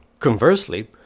Conversely